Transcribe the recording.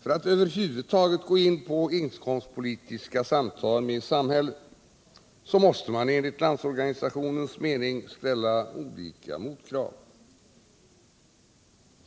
För att över huvud taget gå in på inkomstpolitiska samtal med samhället måste man enligt Landsorganisationens mening ställa olika motkrav.